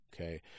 Okay